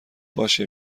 باشه